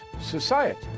society